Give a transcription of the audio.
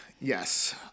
Yes